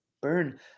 burn